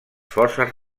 forces